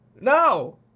No